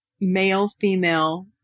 male-female